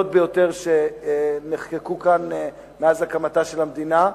ביותר שנחקקו כאן מאז הקמתה של המדינה,